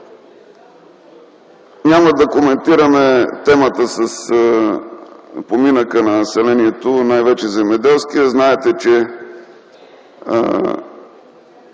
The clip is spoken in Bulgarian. Няма да коментираме темата с поминъка на населението, най-вече земеделския.